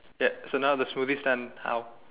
ya so now the smoothie stand how